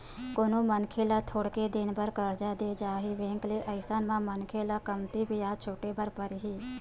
कोनो मनखे ल थोरके दिन बर करजा देय जाही बेंक ले अइसन म मनखे ल कमती बियाज छूटे बर परही